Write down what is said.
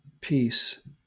peace